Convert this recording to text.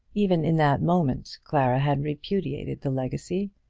even in that moment clara had repudiated the legacy,